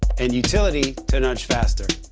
and utility to nudge faster.